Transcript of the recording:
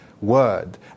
word